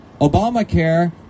Obamacare